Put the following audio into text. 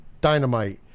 Dynamite